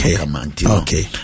Okay